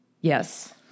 Yes